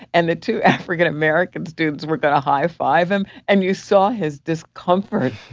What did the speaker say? and the two african-american students were going to high-five him, and you saw his discomfort